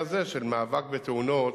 כי שם צריך לעשות את תשתיות הבטיחות,